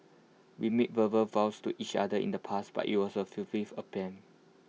we made verbal vows to each other in the past but IT was A fulfils attempt